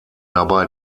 dabei